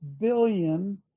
billion